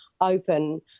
open